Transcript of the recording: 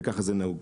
וככה זה נהוג.